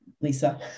Lisa